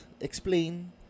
explain